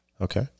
Okay